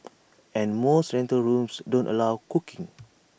and most rental rooms don't allow cooking